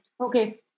Okay